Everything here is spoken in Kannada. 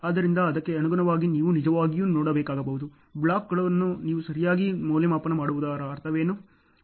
ಆದ್ದರಿಂದ ಅದಕ್ಕೆ ಅನುಗುಣವಾಗಿ ನೀವು ನಿಜವಾಗಿಯೂ ನೋಡಬೇಕಾಗಬಹುದು ಬ್ಲಾಕ್ಗಳನ್ನು ಸರಿಯಾಗಿ ಮೌಲ್ಯಮಾಪನ ಮಾಡುವುದರ ಅರ್ಥವೇನು